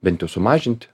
bent jau sumažint